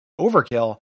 overkill